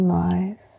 life